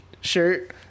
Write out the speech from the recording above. shirt